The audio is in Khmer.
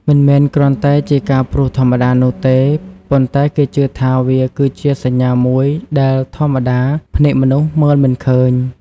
មិនមែនគ្រាន់តែជាការព្រុសធម្មតានោះទេ ប៉ុន្តែគេជឿថាវាគឺជាសញ្ញាមួយដែលធម្មតាភ្នែកមនុស្សមើលមិនឃើញ។